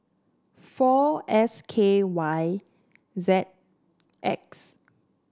four S K Y Z X